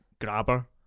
grabber